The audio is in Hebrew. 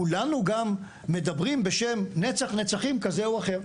כולנו מדברים גם בשם נצח נצחים כזה או אחר.